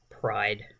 pride